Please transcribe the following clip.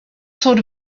sort